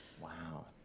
Wow